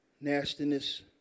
nastiness